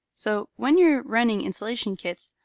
so when you are running installation kits,